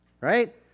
right